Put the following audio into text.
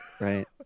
right